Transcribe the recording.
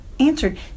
answered